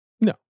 No